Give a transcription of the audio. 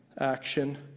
action